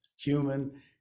human